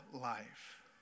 life